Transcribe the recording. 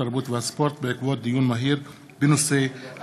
התרבות והספורט בעקבות דיון מהיר בהצעתן של חברות הכנסת ענת ברקו,